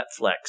Netflix